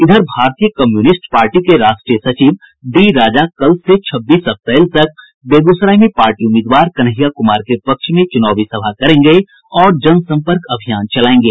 इधर भारतीय communist party के राष्ट्रीय सचिव डी राजा कल से छब्बीस अप्रैल तक बेगूसराय में पार्टी उम्मीदवार कन्हैया क्मार के पक्ष में च्नावी सभा करेंगे और जनसम्पर्क अभियान चलायेंगे